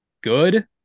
good